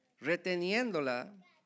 reteniéndola